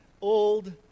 old